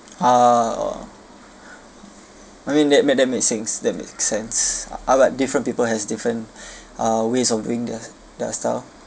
ah oh maybe that no that makes sense that makes sense I got different people has different uh ways of doing the their style